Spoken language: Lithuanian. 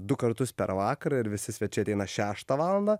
du kartus per vakarą ir visi svečiai ateina šeštą valandą